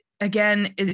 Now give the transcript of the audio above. again